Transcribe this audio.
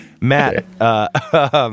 Matt